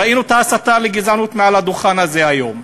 ראינו את ההסתה לגזענות מעל הדוכן הזה היום.